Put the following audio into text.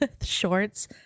shorts